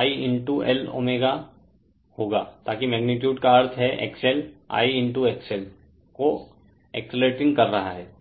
I Lωरेफेर time 1339 होगा ताकि मैगनीटुड का अर्थ है XL I XL को अक्सेलरेटिंग कर रहा है